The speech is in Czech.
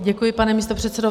Děkuji, pane místopředsedo.